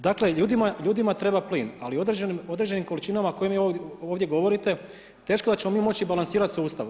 Dakle, ljudima treba plin, ali u određenim količinama o kojima vi ovdje govorite teško da ćemo mi moći balansirati sa sustavom.